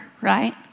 right